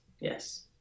Yes